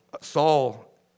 Saul